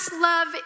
love